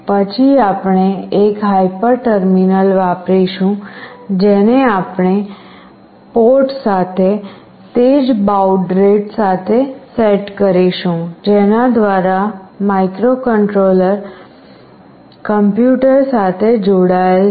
પછી આપણે એક હાઇપર ટર્મિનલ વાપરીશું જેને આપણે પોર્ટ સાથે તે જ બાઉડ રેટ સાથે સેટ કરીશું જેના દ્વારા માઇક્રોકન્ટ્રોલર કમ્યુટર સાથે જોડાયેલ છે